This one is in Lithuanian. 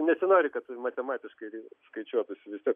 nesinori kad matematiškai skaičiuotųsi vis tiek